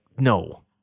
No